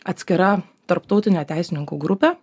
atskira tarptautinė teisininkų grupė